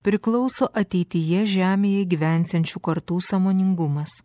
priklauso ateityje žemėje gyvensiančių kartų sąmoningumas